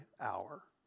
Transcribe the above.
hour